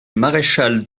maréchal